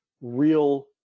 real